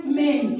men